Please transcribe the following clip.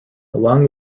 along